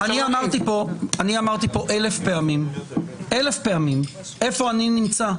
אני אמרתי כאן אלף פעמים איפה אני נמצא.